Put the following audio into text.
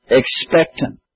expectant